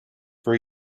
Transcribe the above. for